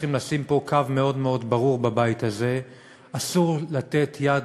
צריכים לשים קו מאוד מאוד ברור: אסור לתת יד